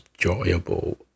enjoyable